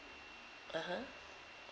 (uh huh)